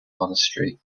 monastery